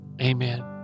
amen